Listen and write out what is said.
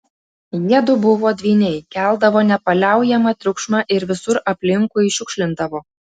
jiedu buvo dvyniai keldavo nepaliaujamą triukšmą ir visur aplinkui šiukšlindavo